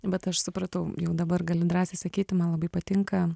bet aš supratau jau dabar galiu drąsiai sakyti man labai patinka